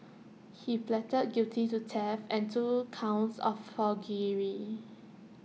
he pleaded guilty to theft and two counts of forgery